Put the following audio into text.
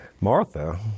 Martha